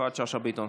יפעת שאשא ביטון,